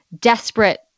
desperate